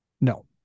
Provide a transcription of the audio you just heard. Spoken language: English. No